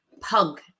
Punk